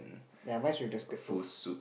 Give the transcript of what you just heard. yea mines with the skirt too